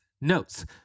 notes